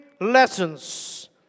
lessons